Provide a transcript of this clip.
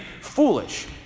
foolish